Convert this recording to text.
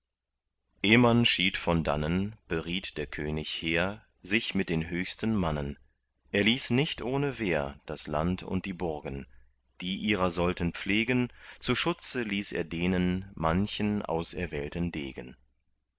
man schied von dannen beriet der könig hehr sich mit den höchsten mannen er ließ nicht ohne wehr das land und die burgen die ihrer sollten pflegen zum schutze ließ er denen manchen auserwählten degen